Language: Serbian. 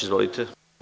Izvolite.